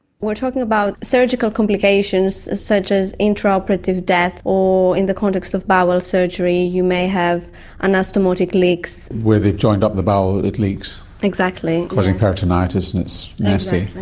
we're talking about surgical complications such as intraoperative death, or, in the context of bowel surgery, you may have anastomotic leaks. where they've joined up the bowel, it leaks. exactly. causing peritonitis and it's nasty.